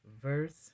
verse